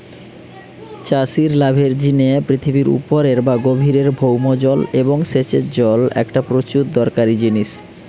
চাষির লাভের জিনে পৃথিবীর উপরের বা গভীরের ভৌম জল এবং সেচের জল একটা প্রচুর দরকারি জিনিস